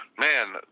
man